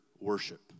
worship